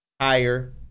higher